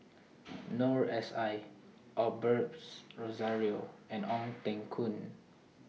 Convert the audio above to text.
Noor S I Osberts Rozario and Ong Teng Koon